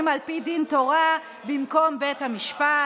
על פי דין תורה במקום בית המשפט.